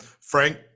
frank